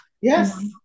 Yes